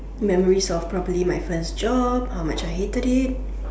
memories of probably my first job how much I hated it